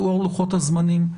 לאור לוחות הזמנים,